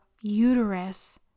uterus